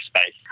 space